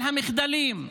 על המחדלים,